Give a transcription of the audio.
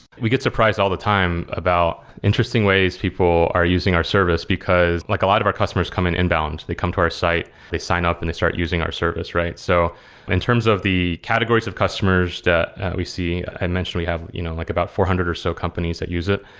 we get surprised all the time about interesting ways people are using our service, because like a lot of customers come in inbound. they come to our site. they sign up and they start using our service. so in terms of the categories of customers that we see, i mentioned, we have you know like about four hundred or so companies that use it.